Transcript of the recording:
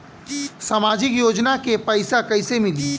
सामाजिक योजना के पैसा कइसे मिली?